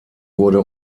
wurde